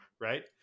right